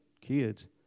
kids